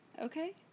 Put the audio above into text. Okay